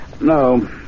No